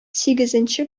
сигезенче